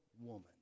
woman